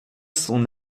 son